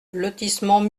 lotissement